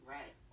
Right